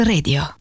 Radio